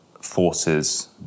forces